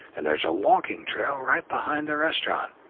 and there's a walking trail right behind the restaurant.